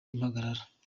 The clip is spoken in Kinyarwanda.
impagarara